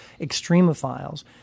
extremophiles